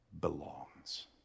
belongs